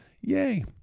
Yay